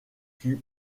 fut